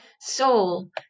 Soul